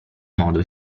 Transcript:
modo